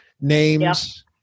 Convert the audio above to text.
names